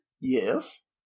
Yes